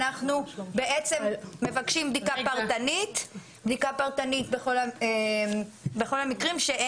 אנחנו מבקשים בדיקה פרטנית בכל המקרים על